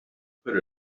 put